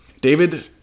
David